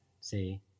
see